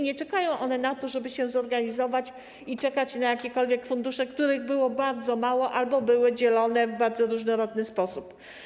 Nie czekają one na to, żeby się zorganizować i czekać na jakiekolwiek fundusze, których było bardzo mało albo były dzielone w bardzo różnorodny sposób.